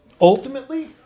ultimately